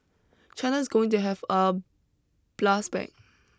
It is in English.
China is going to have a blast back